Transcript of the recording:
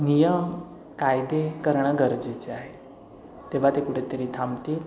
नियम कायदे करणं गरजेचे आहे तेव्हा ते कुठेतरी थांबतील